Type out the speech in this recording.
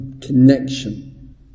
connection